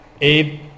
Abe